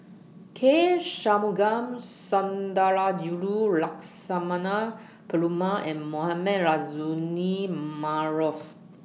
K Shanmugam Sundarajulu Lakshmana Perumal and Mohamed Rozani Maarof